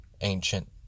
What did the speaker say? ancient